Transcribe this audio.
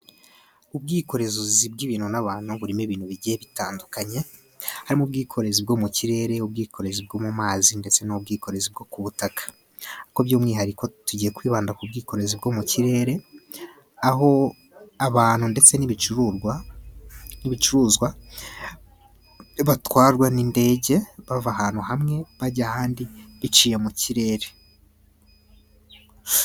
Ubwikorezi bw'ibintu n'abantu burimo ibintu bigiye bitandukanye, harimo ubwikorezi bwo mu kirere, ubwikorezi bwo mu mazi, ndetse n'ubwikorezi bwo ku butaka. Ariko by'umwihariko tugiye kwibanda ku bwikorezi bwo mu kirere, aho abantu ndetse n'ibicuruzwa batwarwa n'indege bava ahantu hamwe bajya ahandi biciye mu kirere.